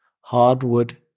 hardwood